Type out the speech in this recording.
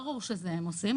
ברור שזה הם עושים,